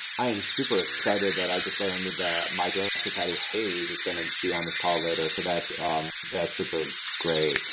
i am super excited that i just learned that my director patty hayes is going to be on this call later, so that's super great.